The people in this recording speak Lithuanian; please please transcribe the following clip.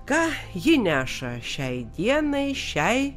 ką ji neša šiai dienai šiai